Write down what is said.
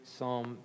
Psalm